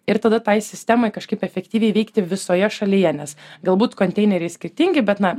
ir tada tai sistemai kažkaip efektyviai veikti visoje šalyje nes galbūt konteineriai skirtingi bet na